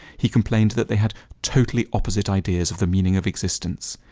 he complained that they had totally opposite ideas of the meaning of existence.